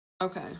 Okay